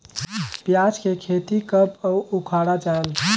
पियाज के खेती कब अउ उखाड़ा जायेल?